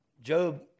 Job